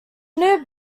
new